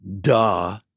Duh